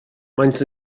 maent